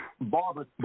Barber